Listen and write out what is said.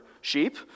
sheep